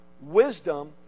Wisdom